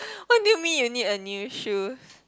what do you mean you need a new shoes